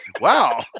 Wow